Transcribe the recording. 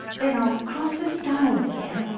then i'll cross the stiles again,